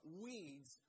weeds